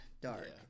Dark